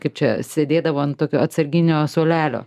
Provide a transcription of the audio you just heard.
kaip čia sėdėdavo ant tokio atsarginio suolelio